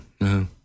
no